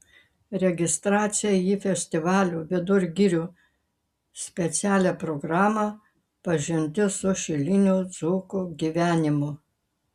registracija į festivalio vidur girių specialią programą pažintis su šilinių dzūkų gyvenimu